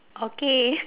okay